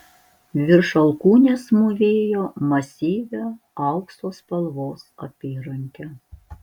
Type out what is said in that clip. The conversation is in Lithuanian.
virš alkūnės mūvėjo masyvią aukso spalvos apyrankę